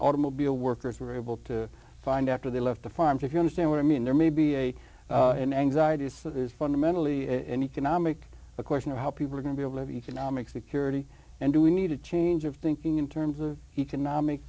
automobile workers were able to find after they left the farms if you understand what i mean there may be a an anxiety is so there's fundamentally in economic a question of how people are going to be able of economic security and do we need a change of thing in terms of economic